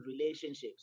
relationships